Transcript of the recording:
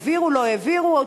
העבירו או לא העבירו,